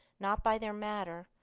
not by their matter,